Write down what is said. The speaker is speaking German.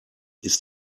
ist